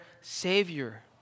savior